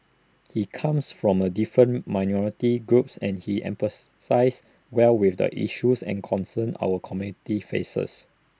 he comes from A different minority groups and he empathises well with the issues and concerns our community faces